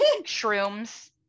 shrooms